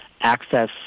access